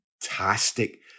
fantastic